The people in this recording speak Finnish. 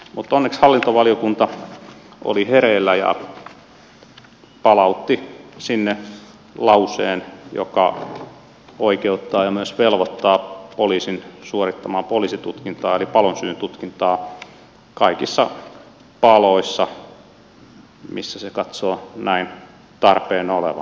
mutta onneksi hallintovaliokunta oli hereillä ja palautti sinne lauseen joka oikeuttaa ja myös velvoittaa poliisin suorittamaan poliisitutkintaa eli palonsyyn tutkintaa kaikissa paloissa missä se katsoo tällaisen tarpeen olevan